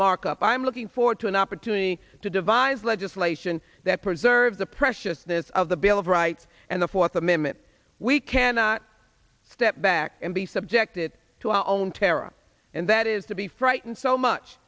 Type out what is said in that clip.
markup i'm looking forward to an opportunity to devise legislation that preserves the preciousness of the bill of rights and the fourth amendment we cannot step back and be subjected to our own terror and that is to be frightened so much